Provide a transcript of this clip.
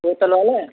बोतल वाला